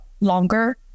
longer